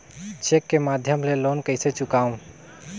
Cheque के माध्यम ले लोन कइसे चुकांव?